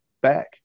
back